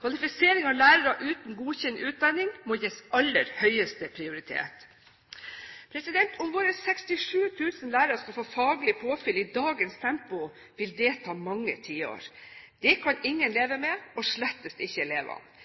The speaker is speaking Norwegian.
Kvalifisering av lærere uten godkjent utdanning må gis aller høyeste prioritet. Om våre 67 000 lærere skal få faglig påfyll i dagens tempo, vil det ta mange tiår. Det kan ingen leve med, og slett ikke elevene.